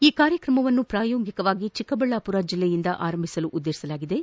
ಈ ಕಾರ್ಯಕ್ರಮವನ್ನು ಪ್ರಾಯೋಗಿಕವಾಗಿ ಚಿಕ್ಕಬಳ್ಳಾಪುರ ಜೆಲ್ಲೆಯಿಂದ ಆರಂಭಿಸಲು ಉದ್ದೇತಿಸಲಾಗಿದ್ದು